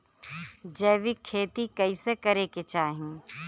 जैविक खेती कइसे करे के चाही?